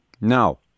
Now